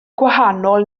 gwahanol